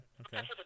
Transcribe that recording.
Okay